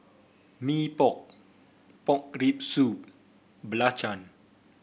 Mee Pok Pork Rib Soup belacan